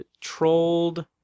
trolled